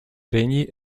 regni